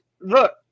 look